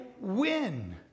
win